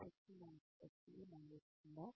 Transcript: శిక్షణ ప్రతిదీ మారుస్తుందా